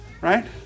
Right